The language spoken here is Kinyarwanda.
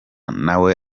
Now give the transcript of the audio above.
nawe